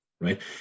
right